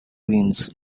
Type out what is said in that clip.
winds